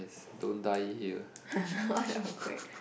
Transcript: don't die here